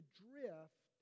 drift